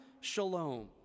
shalom